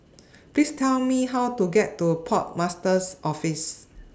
Please Tell Me How to get to Port Master's Office